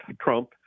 Trump